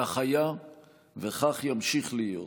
כך היה וכך ימשיך להיות.